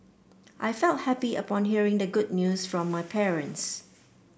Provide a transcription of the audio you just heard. I felt happy upon hearing the good news from my parents